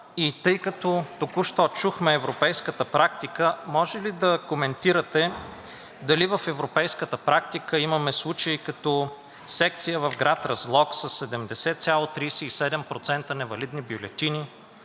Тъй като току-що чухме европейската практика – може ли да коментирате дали в европейската практика имаме случаи, като секция в град Разлог със 70,37% невалидни бюлетини,